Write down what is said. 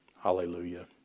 Hallelujah